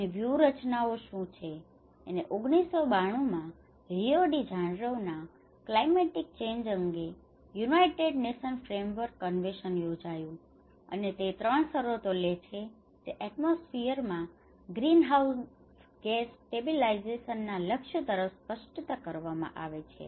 અને વ્યૂહરચનાઓ શું છે અને 1992 માં રિયો ડી જાનેરોમાં ક્લાયમેટિક ચેન્જ અંગે યુનાઇટેડ નેશન્સ ફ્રેમવર્ક કન્વેન્શન યોજાયું હતું અને તે 3 શરતો લે છે જે એટમોસ્ફિયર માં ગ્રીનહાઉસ ગેસ સ્ટેબિલાઇઝેશન ના લક્ષ્ય તરફ સ્પષ્ટ કરવામાં આવી છે